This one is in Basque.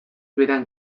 berean